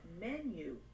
menu